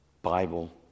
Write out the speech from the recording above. Bible